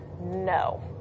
No